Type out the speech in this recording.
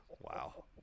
Wow